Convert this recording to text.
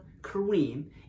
Kareem